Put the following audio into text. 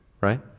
right